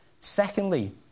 Secondly